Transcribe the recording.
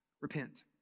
repent